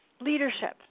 leadership